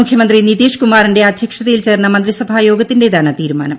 മുഖ്യമന്ത്രി നിതീഷ് കുമാറിന്റെ അധ്യക്ഷതയിൽ ചേർന്ന മന്ത്രിസഭാ യോഗത്തിന്റേതാണ് തീരുമാനം